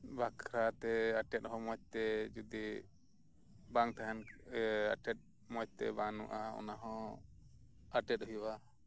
ᱵᱟᱠᱷᱨᱟ ᱛᱮ ᱮᱴᱮᱫ ᱦᱚᱸ ᱢᱚᱸᱡᱽ ᱛᱮ ᱡᱩᱫᱤ ᱵᱟᱝ ᱛᱟᱦᱮᱸᱱ ᱠᱷᱟᱱ ᱥᱮ ᱮᱴᱮᱫ ᱢᱚᱸᱡᱽ ᱛᱮ ᱵᱟᱱᱩᱜᱼᱟ ᱚᱱᱟ ᱦᱚᱸ ᱮᱴᱮᱫ ᱦᱩᱭᱩᱜᱼᱟ